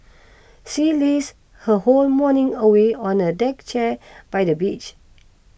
she lazed her whole morning away on a deck chair by the beach